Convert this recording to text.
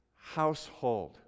household